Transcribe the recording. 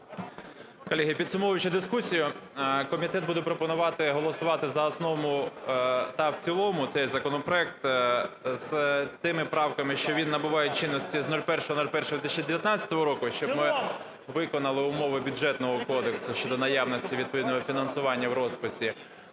Колеги, підсумовуючи дискусію, комітет буде пропонувати голосувати за основу та в цілому цей законопроект з тими правками, що він набуває чинності з 01.01.2019 року, щоб ми виконали умови Бюджетного кодексу щодо наявності відповідного фінансування в розписі.